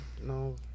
No